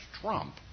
trump